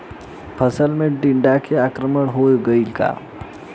फसल पे टीडा के आक्रमण हो गइल बा?